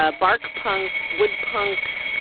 ah bark punk, wood punk,